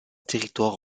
territoire